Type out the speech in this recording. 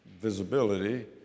visibility